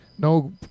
No